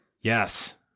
Yes